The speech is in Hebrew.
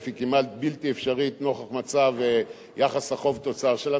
היא כמעט בלתי אפשרית נוכח מצב יחס החוב תוצר שלה,